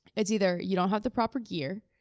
it's either you don't have the proper gear,